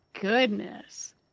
goodness